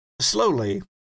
slowly